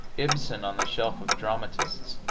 ibsen, on the shelf of dramatists,